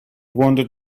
wanted